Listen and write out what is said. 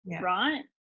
right